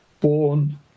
born